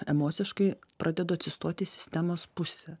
emociškai pradedu atsistot į sistemos pusę